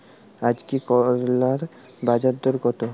আজকে করলার বাজারদর কত?